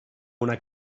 una